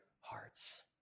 hearts